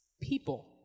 people